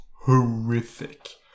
horrific